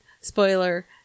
spoiler